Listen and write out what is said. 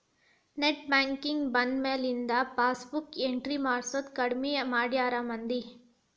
net banking ಬಂದ್ಮ್ಯಾಲಿಂದ passbook entry ಮಾಡ್ಸೋದ್ ಕಡ್ಮಿ ಮಾಡ್ಯಾರ ಮಂದಿ